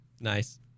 nice